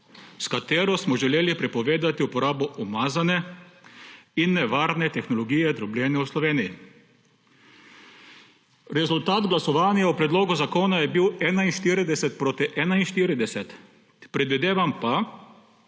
s katero smo želeli prepovedati uporabo umazane in nevarne tehnologije drobljenja v Sloveniji. Rezultat glasovanja o predlogu zakona je bil 41 proti 41. Predvidevam pa,